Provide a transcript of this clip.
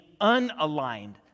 unaligned